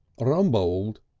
ah rumbold,